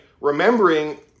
remembering